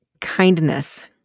kindness